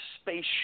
space